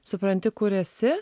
supranti kur esi